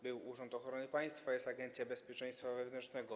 Był Urząd Ochrony Państwa, jest Agencja Bezpieczeństwa Wewnętrznego.